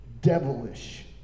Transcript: devilish